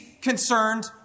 concerned